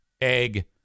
egg